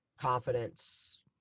confidence